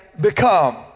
become